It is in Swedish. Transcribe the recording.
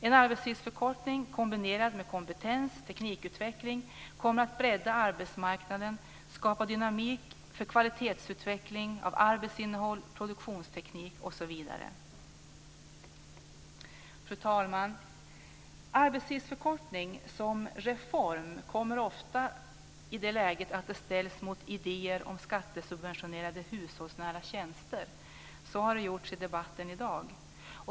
En arbetstidsförkortning kombinerad med kompetens och teknikutveckling kommer att bredda arbetsmarknaden och skapa dynamik för kvalitetsutveckling av arbetsinnehåll, produktionsteknik osv. Fru talman! En arbetstidsförkortning som reform ställs ofta mot idéer om skattesubventionerade hushållsnära tjänster. Så har skett i debatten i dag.